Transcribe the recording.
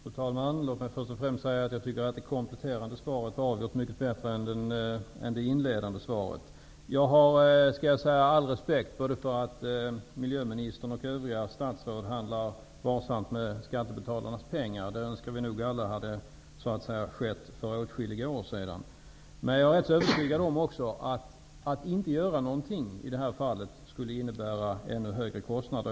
Fru talman! Låt mig först och främst säga att jag tycker att det kompletterande svaret var avgjort mycket bättre än det inledande svaret. Jag har all respekt för att både miljöministern och övriga statsråd handskas varsamt med skattebetalarnas pengar. Det önskar vi nog alla hade skett för åtskilliga år sedan. Men jag är också helt övertygad om att ett beslut att inte göra någonting i det här fallet skulle innebära ännu högre kostnader.